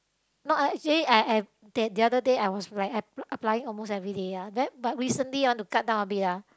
not actually I I that the other day I was like app~ applying almost everyday lah then but recently I want to cut down a bit lah